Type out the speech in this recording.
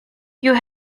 you